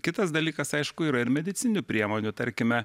kitas dalykas aišku yra ir medicininių priemonių tarkime